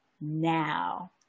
now